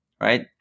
right